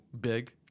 Big